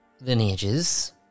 Lineages